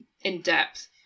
in-depth